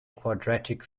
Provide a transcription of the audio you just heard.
quadratic